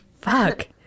fuck